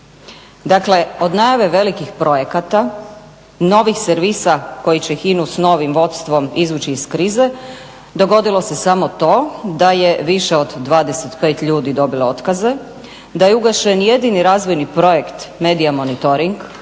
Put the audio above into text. Dakle od najave velikih projekata, novih servisa koji će HINA-u s novim vodstvom izvući iz krize dogodilo se samo to da je više od 25 ljudi dobilo otkaze, da je ugašen jedini razvojni projekt Media monitoring